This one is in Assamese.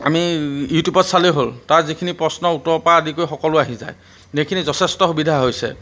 আমি ইউটিউবত চালেই হ'ল তাৰ যিখিনি প্ৰশ্ন উত্তৰৰ পৰা আদি কৰি সকলো আহি যায় সেইখিনি যথেষ্ট সুবিধা হৈছে